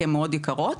כי הם המאוד יקרות,